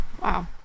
Wow